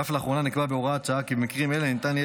ואף לאחרונה נקבע בהוראת שעה כי במקרים אלה ניתן יהיה